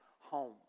home